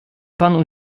panu